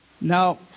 Now